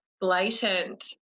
blatant